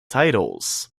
titles